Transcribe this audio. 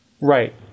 right